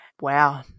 Wow